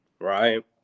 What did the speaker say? right